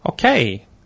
Okay